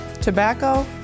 tobacco